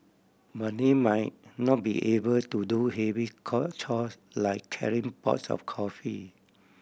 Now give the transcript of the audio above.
but they might not be able to do heavy call chores like carrying pots of coffee